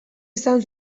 izan